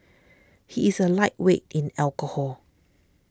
he is a lightweight in alcohol